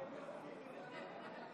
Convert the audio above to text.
אם הייתה ההצעה,